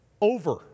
over